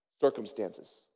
circumstances